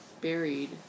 buried